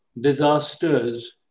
disasters